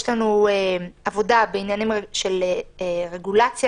יש לנו עבודה בעניינים של רגולציה.